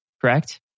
correct